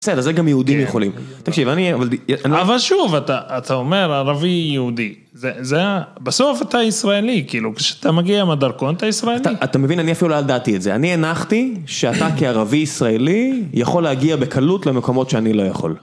בסדר, זה גם יהודים יכולים, תקשיב, אני, אבל... -אבל שוב, אתה, אתה אומר ערבי-יהודי, זה, זה ה... בסוף אתה ישראלי, כאילו, כשאתה מגיע מהדרכון אתה ישראלי. -אתה, אתה מבין, אני אפילו לא ידעתי את זה, אני הנחתי שאתה כערבי-ישראלי יכול להגיע בקלות למקומות שאני לא יכול.